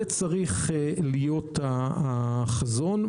זה צריך להיות החזון.